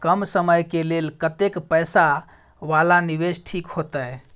कम समय के लेल कतेक पैसा वाला निवेश ठीक होते?